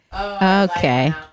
Okay